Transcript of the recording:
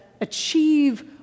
achieve